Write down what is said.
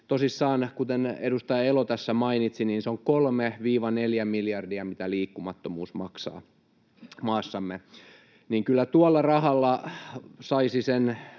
kuten edustaja Elo tässä mainitsi, se on tosiaan kolme—neljä miljardia, mitä liikkumattomuus maksaa maassamme. Kyllä tuolla rahalla saisi sen